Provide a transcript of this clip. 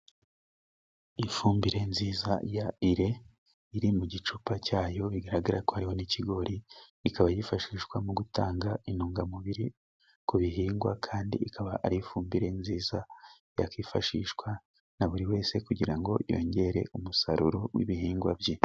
Ifumbire nziza ya ire iri mu gicupa cyayo bigaragara ko hariho n'ikigori, ikaba yifashishwa mu gutanga intungamubiri ku bihingwa, kandi ikaba ari ifumbire nziza yifashishwa na buri wese kugira ngo yongere umusaruro w'ibihingwa bye.